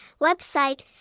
website